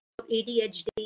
ADHD